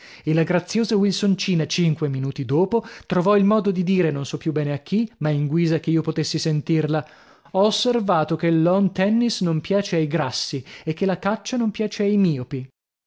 e la graziosa wilsoncina cinque minuti dopo trovò il modo di dire non so più bene a chi ma in guisa che io potessi sentirla ho osservato che il lawn tennis non piace ai grassi e che la caccia non piace ai miopi